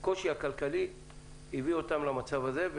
הזו קושי כלכלי שהביא אותם למצב הזה.